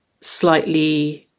slightly